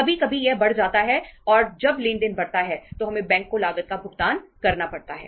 कभी कभी यह बढ़ जाता है और जब लेनदेन बढ़ता है तो हमें बैंक को लागत का भुगतान करना पड़ता है